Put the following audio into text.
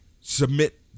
submit